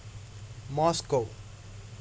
Moscow